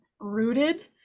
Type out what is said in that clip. rooted